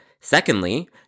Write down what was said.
Secondly